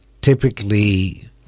typically